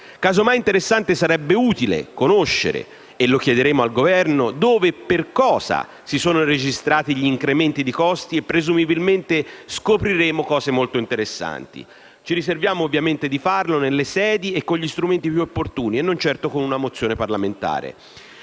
Casomai, sarebbe utile conoscere, e lo chiederemo al Governo, dove e per cosa si sono registrati gli incrementi di costi e presumibilmente scopriremmo cose molto interessanti. Ci riserviamo ovviamente di farlo nelle sedi e con gli strumenti più opportuni e non certo con una mozione parlamentare.